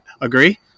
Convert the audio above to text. Agree